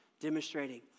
demonstrating